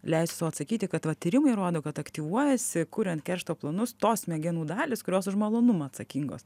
leisiu sau atsakyti kad va tyrimai rodo kad aktyvuojasi kuriant keršto planus tos smegenų dalys kurios už malonumą atsakingos